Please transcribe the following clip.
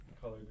color